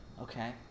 okay